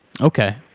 Okay